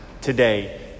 today